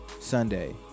Sunday